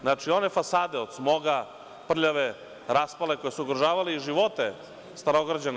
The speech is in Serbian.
Znači, one fasade od smoga prljave, raspale koje su ugrožavale živote Starograđana.